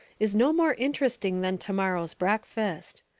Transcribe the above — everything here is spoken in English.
is no more interesting than to-morrow's breakfast.